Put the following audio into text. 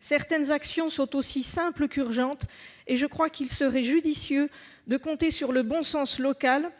Certaines actions sont aussi simples qu'urgentes, et je crois qu'il serait judicieux de compter sur le bon sens local,